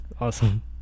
awesome